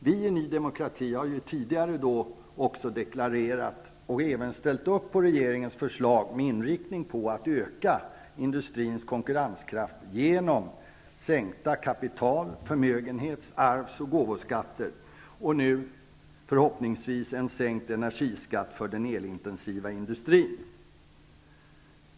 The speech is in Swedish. Vi i Ny demokrati har tidigare deklarerat och även ställt upp på regeringens förslag med inriktning på att öka industrins konkurrenskraft genom sänkta kapital-, förmögenhets-, arvs och gåvoskatter, och nu kommer förhoppningsvis en sänkt energiskatt för den elintensiva industrin.